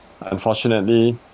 Unfortunately